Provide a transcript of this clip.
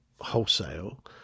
wholesale